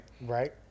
Right